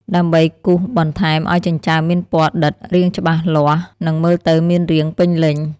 ដើម្បីគូសបន្ថែមឲ្យចិញ្ចើមមានពណ៌ដិត រាងច្បាស់លាស់ និងមើលទៅមានរាងពេញលេញ។